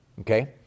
Okay